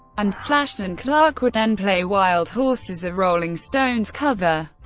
and slash and clarke would then play wild horses, a rolling stones cover.